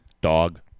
Dog